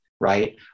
right